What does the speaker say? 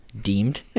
Deemed